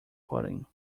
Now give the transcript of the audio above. pudding